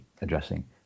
addressing